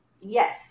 Yes